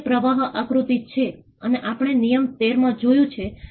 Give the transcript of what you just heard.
મતલબ કે હું તમને ભાગ લેવાની યોજના કરું છું